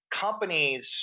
companies